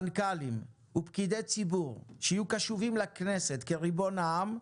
מנכ"לים ופקידי ציבור שיהיו קשובים לכנסת כריבון העם,